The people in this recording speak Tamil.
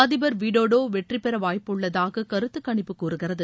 அதிபர் விடோடோ வெற்றி பெற வாய்ப்புள்ளதாக கருத்து கணிப்பு கூறுகிறது